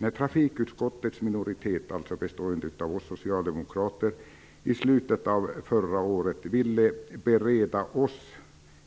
När trafikutskottets minoritet, bestående av socialdemokrater, i slutet av förra året ville bereda oss